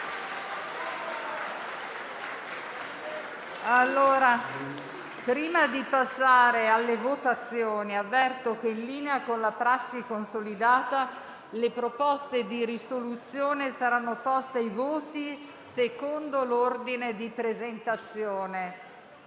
Prima di passare alle votazioni, avverto che, in linea con una prassi consolidata, le proposte di risoluzione saranno poste ai voti secondo l'ordine di presentazione.